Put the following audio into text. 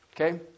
Okay